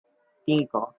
cinco